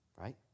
right